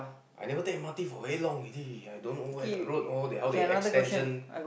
I never take M_R_T for very long already I don't know where the road all they how they extension